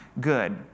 good